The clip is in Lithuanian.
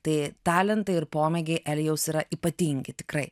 tai talentai ir pomėgiaielijaus yra ypatingi tikrai